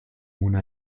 mona